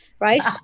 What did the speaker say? right